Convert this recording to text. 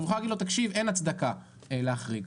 ולהגיד: אין הצדקה להחריג.